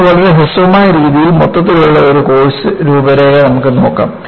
ഇപ്പോൾ വളരെ ഹ്രസ്വമായ രീതിയിൽ മൊത്തത്തിലുള്ള ഒരു കോഴ്സ് രൂപരേഖ നമ്മൾക്ക് നോക്കാം